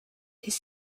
his